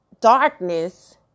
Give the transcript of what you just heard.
darkness